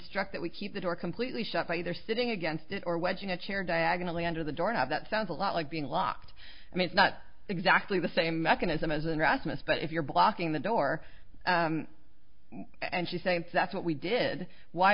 instruct that we keep the door completely shut by either sitting against it or wedge in a chair diagonally under the door now that sounds a lot like being locked i mean it's not exactly the same mechanism as an rasmus but if you're blocking the door and she's saying that's what we did why